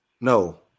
No